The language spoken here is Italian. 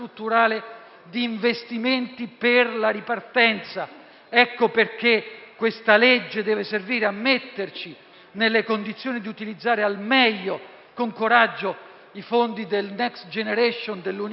di investimenti per la ripartenza. Pertanto, questa legge deve servire a metterci nelle condizioni di utilizzare al meglio e con coraggio i fondi del Next generation dell'Unione europea,